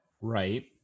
Right